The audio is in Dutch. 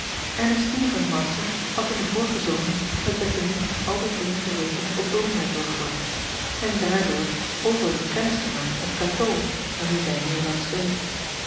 rnestine van arsden had in den vorigen zomer met ettemie altijd eenige weken op oornwijck doorgebracht en daardoor overlang kennis gemaakt met atoo aan wie zij nu en dan schreef